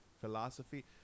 philosophy